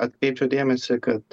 atkreipčiau dėmesį kad